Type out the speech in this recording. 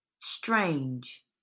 strange